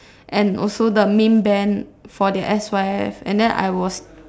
and also the main band for their S_Y_F and then I was